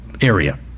area